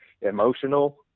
emotional